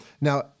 Now